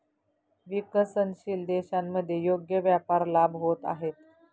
विकसनशील देशांमध्ये योग्य व्यापार लाभ होत आहेत